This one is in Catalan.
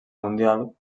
mundial